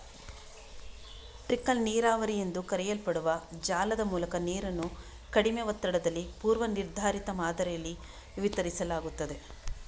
trickle ನೀರಾವರಿ ಎಂದು ಕರೆಯಲ್ಪಡುವ ಜಾಲದ ಮೂಲಕ ನೀರನ್ನು ಕಡಿಮೆ ಒತ್ತಡದಲ್ಲಿ ಪೂರ್ವ ನಿರ್ಧರಿತ ಮಾದರಿಯಲ್ಲಿ ವಿತರಿಸಲಾಗುತ್ತದೆ